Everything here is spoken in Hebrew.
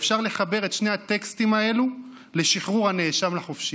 אפשר לחבר את שני הטקסטים האלו לשחרור הנאשם לחופשי?